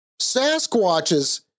Sasquatches